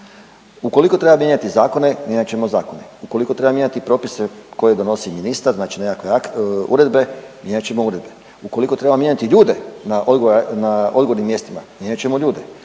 Ukoliko treba mijenjati zakone mijenjat ćemo zakone, ukoliko treba mijenjati propise koje donosi ministar, znači nekakve uredbe, mijenjat ćemo uredbe, ukoliko treba mijenjati ljude na odgovornim mjestima mijenjat ćemo ljude,